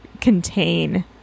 contain